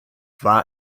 war